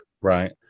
Right